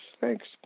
thanks